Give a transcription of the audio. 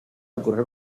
ocurrió